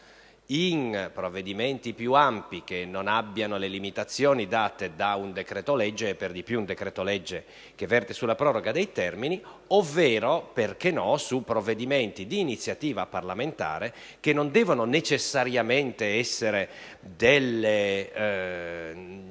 in provvedimenti più ampi che non abbiano le limitazioni date da un decreto-legge (per di più un decreto-legge che verte sulla proroga dei termini), ovvero - perché no? - in provvedimenti di iniziativa parlamentare, che non devono necessariamente essere dei